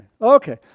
okay